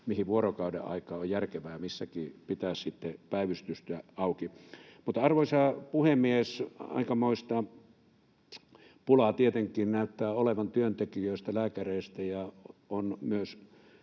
mihin vuorokaudenaikaan on järkevää missäkin pitää sitten päivystystä auki. Mutta, arvoisa puhemies, aikamoista pulaa tietenkin näyttää olevan työntekijöistä, lääkäreistä. Ja on myös